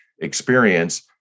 experience